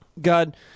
God